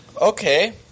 Okay